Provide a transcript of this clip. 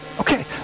Okay